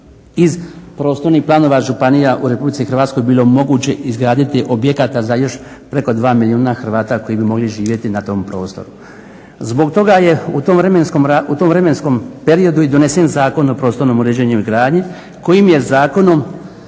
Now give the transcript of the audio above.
iz prostornih planova županija u Republici Hrvatskoj bilo moguće izgraditi objekata za još preko 2 milijuna Hrvata koji bi mogli živjeti na tom prostoru. Zbog toga je u tom vremenskom razdoblju, u tom vremenskom periodu i donesen Zakon o prostornom uređenju i gradnji kojim je zakonom